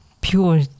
pure